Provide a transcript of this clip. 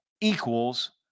equals